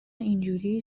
اینجوری